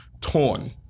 torn